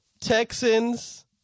Texans